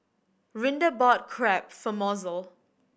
Rinda bought Crepe for Mozell